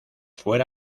fuera